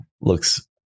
looks